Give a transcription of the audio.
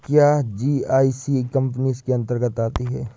क्या GIC company इसके अन्तर्गत आती है?